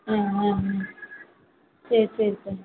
ஆ ஆ ஆ சரி சரி அத்தை